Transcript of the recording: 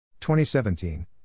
2017